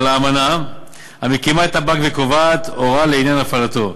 על האמנה המקימה את הבנק וקובעת הוראה לעניין הפעלתו.